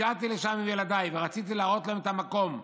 הגעתי לשם עם ילדיי ורציתי להראות להם את המקום,